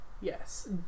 yes